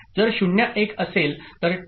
जर 0 1 असेल तर ठीक